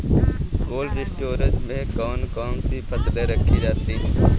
Cold storage में कौन कौन सी फसलें रखी जाती हैं?